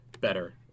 better